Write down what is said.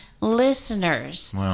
listeners